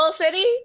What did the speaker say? City